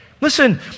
Listen